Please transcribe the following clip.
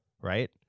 Right